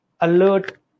alert